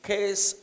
Case